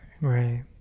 right